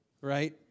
right